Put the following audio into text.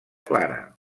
clara